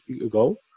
ago